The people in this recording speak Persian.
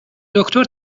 دکتر